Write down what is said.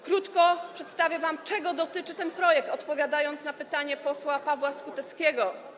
Krótko przedstawię wam, czego dotyczy ten projekt, odpowiadając na pytanie posła Pawła Skuteckiego.